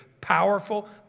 powerful